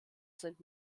sind